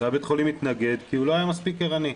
ובית החולים התנגד כי הוא לא היה מספיק ערני.